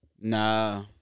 nah